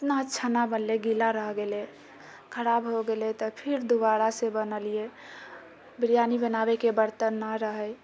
उतना अच्छा नहि बनलै गीला रहि गेलै खराब हो गेलै तऽ फिर दोबारासँ बनेलियै बिरयानी बनाबैके बर्तन नहि रहै